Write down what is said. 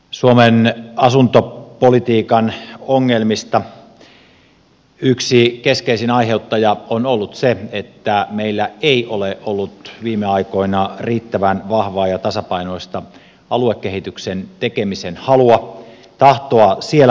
suomen asuntopolitiikan ongelmien yksi keskeisin aiheuttaja on ollut se että meillä ei ole ollut viime aikoina riittävän vahvaa ja tasapainoista aluekehityksen tekemisen halua tahtoa siellä puolella